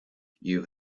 you